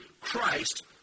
Christ